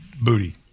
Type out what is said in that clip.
Booty